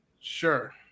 Sure